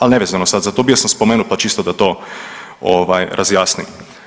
Ali ne vezano sad za to bio sam spomenut pa čisto da to ovaj razjasnim.